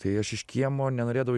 tai aš iš kiemo nenorėdavau